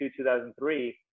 2003